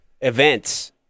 events